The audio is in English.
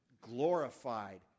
glorified